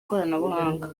ikoranabuhanga